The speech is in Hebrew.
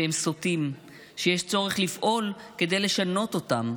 שהם סוטים, שיש צורך לפעול כדי לשנות אותם,